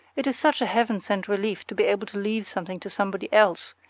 it is such a heaven-sent relief to be able to leave something to somebody else,